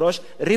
רפואה,